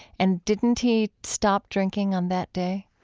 and didn't he stop drinking on that day?